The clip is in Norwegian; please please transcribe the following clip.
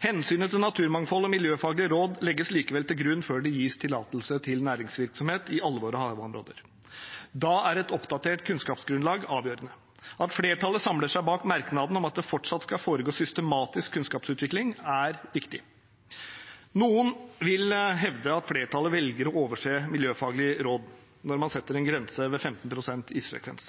Hensynet til naturmangfoldet og miljøfaglige råd legges likevel til grunn før det gis tillatelse til næringsvirksomhet i alle våre havområder. Da er et oppdatert kunnskapsgrunnlag avgjørende. At flertallet samler seg bak merknaden om at det fortsatt skal foregå systematisk kunnskapsutvikling, er viktig. Noen vil hevde at flertallet velger å overse miljøfaglige råd når man setter en grense ved 15 pst. isfrekvens.